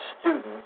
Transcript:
students